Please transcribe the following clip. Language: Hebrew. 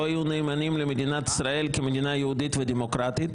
היו נאמנים למדינת ישראל כמדינה יהודית ודמוקרטית.